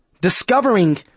discovering